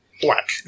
Black